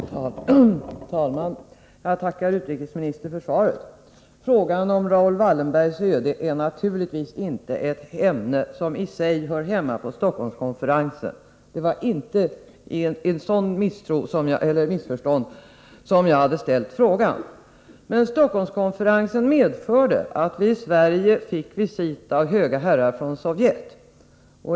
Herr talman! Jag tackar utrikesministern för svaret. Frågan om Raoul Wallenbergs öde är naturligtvis inte ett ämne som hör hemma på Stockholmskonferensen. Det var således inte ett missförstånd som gjorde att jag framställde min fråga. Men Stockholmskonferensen har medfört att vi i Sverige fått visit av höga herrar från Sovjet.